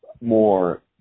more